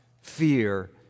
fear